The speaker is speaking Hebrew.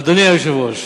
אדוני היושב-ראש,